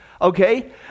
okay